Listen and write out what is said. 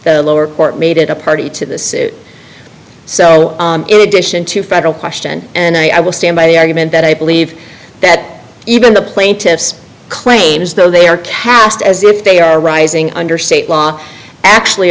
the lower court made it a party to the suit so in addition to federal question and i will stand by the argument that i believe that even the plaintiffs claims though they are cast as if they are arising under state law actually